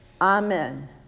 Amen